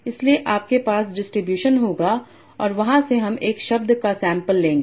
इसलिए हमारे पास डिस्ट्रीब्यूशन होगा और वहां से हम एक शब्द का सैम्पल लेंगे